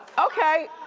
okay.